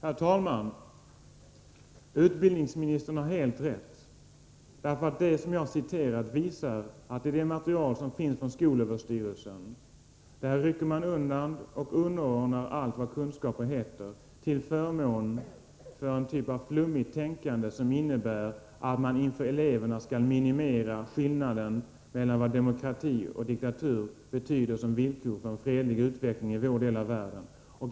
Herr talman! Utbildningsministern har helt rätt. Det som jag citerade visar att man i det material som kommer från skolöverstyrelsen rycker undan allt vad kunskaper heter och underordnar dem en typ av flummigt tänkande som innebär att man inför eleverna skall minimera skillnaden mellan vad demokrati och diktatur betyder som villkor för en fredlig utveckling i vår del av världen.